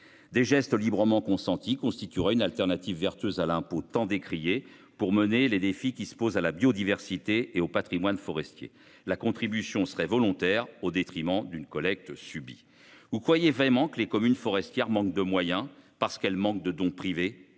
Des gestes librement consentis constitueraient une alternative vertueuse à l'impôt tant décrié, pour mener les défis qui se posent à la biodiversité et au patrimoine forestier. La contribution serait volontaire, au lieu d'être une collecte subie. Croyez-vous vraiment que les communes forestières manquent de moyens parce qu'elles manquent de dons privés ?